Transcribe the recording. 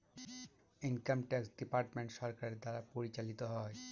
income tax department সরকারের দ্বারা পরিচালিত হয়